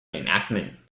enactment